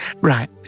Right